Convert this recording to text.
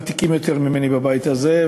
אני חושב שאנחנו, יש ותיקים ממני בבית הזה,